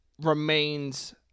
remains